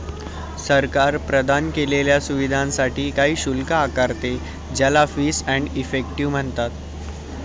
सरकार प्रदान केलेल्या सुविधांसाठी काही शुल्क आकारते, ज्याला फीस एंड इफेक्टिव म्हणतात